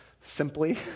simply